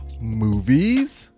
movies